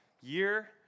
year